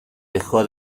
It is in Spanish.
dejó